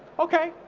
okay,